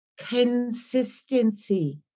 consistency